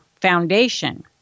foundation